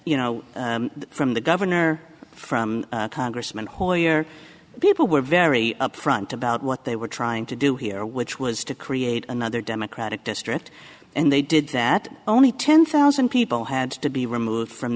you know from the governor from congressman hoyer people were very up front about what they were trying to do here which was to create another democratic district and they did that only ten thousand people had to be removed from